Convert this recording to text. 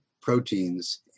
proteins